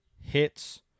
hits